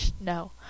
No